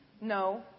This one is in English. no